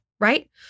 right